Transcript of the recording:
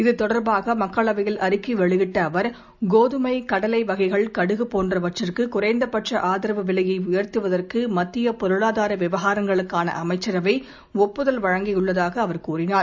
இது தொடர்பாக மக்களவையில் அறிக்கை வெளியிட்ட அவர் கோதுமை கடலை வகைகள் கடுகு போன்றவற்றுக்கு குறைந்த பட்ச ஆதரவு விலையை உயர்த்துவதற்கு மத்திய பொருளாதார விவகாரங்களுக்கான அமைச்சரவை ஒப்புதல் அளித்துள்ளதாக அவர் தெரிவித்தார்